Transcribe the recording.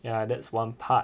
ya that's one part